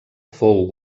fou